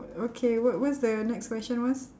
okay what what's the next question was